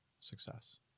success